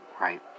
right